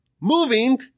moving